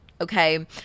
Okay